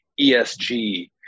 ESG